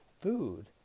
food